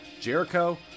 Jericho